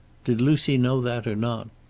did lucy know that, or not?